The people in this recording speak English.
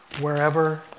wherever